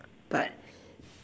but